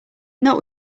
not